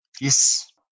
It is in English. Yes